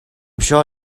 sure